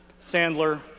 Sandler